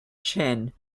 chin